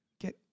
get